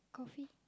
coffee